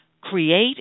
create